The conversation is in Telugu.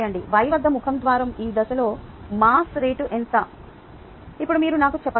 Y వద్ద ముఖం ద్వారా ఈ దిశలో మాస్ రేటు ఎంత ఇప్పుడు మీరు నాకు చెప్పగలరా